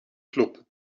club